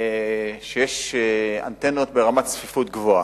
שיש בהם אנטנות ברמת צפיפות גבוהה.